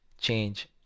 change